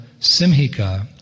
Simhika